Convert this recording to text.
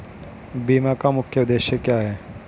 बीमा का मुख्य उद्देश्य क्या है?